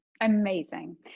Amazing